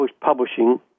publishing